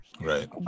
right